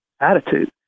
attitude